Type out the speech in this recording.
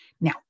Now